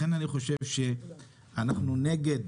לכן, אנחנו בכלל נגד